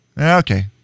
okay